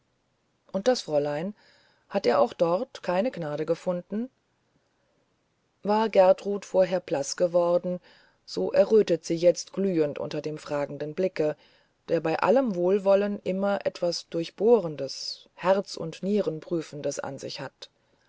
und das fräulein hat er auch dort keine gnade gefunden war gertrud vorher blaß geworden so errötet sie jetzt glühend unter dem fragenden blicke der bei allem wohlwollen immer etwas durchbohrendes herz und nieren prüfendes an sich hat